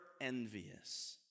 envious